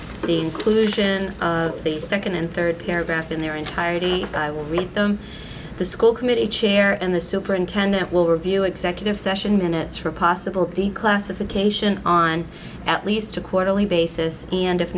inclusion of the second and third paragraph in their entirety i will read them the school committee chair and the superintendent will review executive session minutes for possible declassification on at least a quarterly basis and if